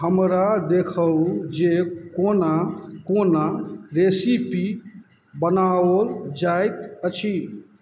हमरा देखाउ जे कोना कोना रेसिपी बनाओल जाइत अछि